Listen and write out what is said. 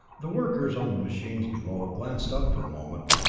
the workers on the machines below glanced up for a moment,